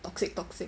toxic toxic